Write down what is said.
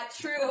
true